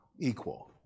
equal